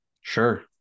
Sure